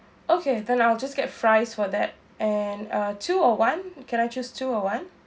okay then I'll just get fries for that and uh two or one can I just two or one